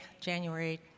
January